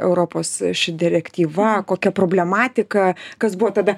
europos ši direktyva kokia problematika kas buvo tada